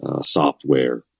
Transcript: software